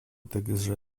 также